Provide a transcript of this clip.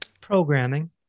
Programming